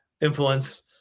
influence